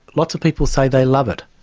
lots of people say they love it,